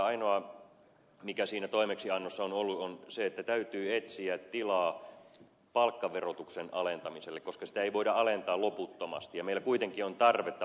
ainoa mikä siinä toimeksiannossa on ollut on se että täytyy etsiä tilaa palkkaverotuksen alentamiselle koska sitä ei voida alentaa loputtomasti ja meillä kuitenkin on tarvetta palkkaveroalennukseen